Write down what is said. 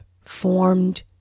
formed